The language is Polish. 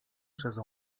przez